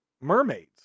mermaids